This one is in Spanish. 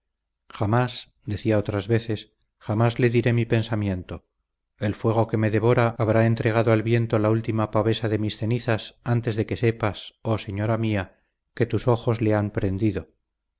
jamás decía otras veces jamás le diré mi pensamiento el fuego que me devora habrá entregado al viento la última pavesa de mis cenizas antes de que sepas oh señora mía que tus ojos le han prendido